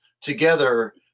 together